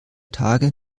tage